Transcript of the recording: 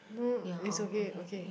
no it's okay okay